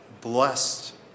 blessed